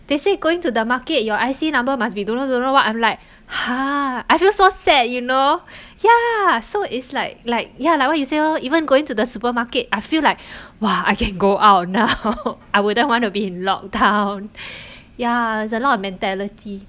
they say going to the market your I_C number must be don't know don't know what I'm like ha I feel so sad you know ya so is like like ya like what you say oh even going to the supermarket I feel like !wah! I can go out now I wouldn't want to be in lockdown ya it's a lot of mentality